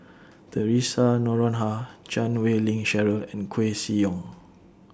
Theresa Noronha Chan Wei Ling Cheryl and Koeh Sia Yong